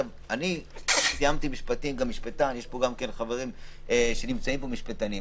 אני משפטן ונמצאים כאן חברים נוספים שהם משפטנים.